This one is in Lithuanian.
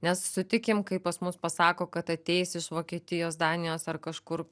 nes sutikim kai pas mus pasako kad ateis iš vokietijos danijos ar kažkur